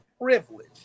privilege